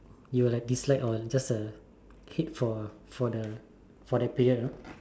you will like dislike on just a hit for for the period know